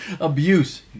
Abuse